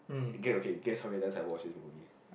okay okay guess how many times I watch this movie